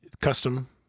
custom